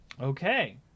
Okay